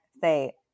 say